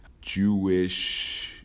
Jewish